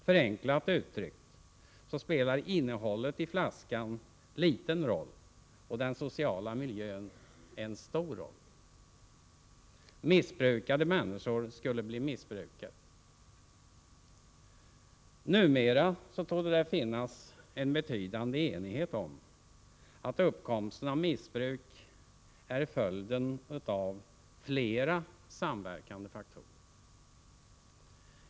Förenklat uttryckt spelar innehållet i flaskan liten roll och den sociala miljön stor roll. Missbrukade människor skulle bli missbrukare. Numera torde det finnas en betydande enighet om att uppkomsten av missbruk är följden av flera samverkande faktorer.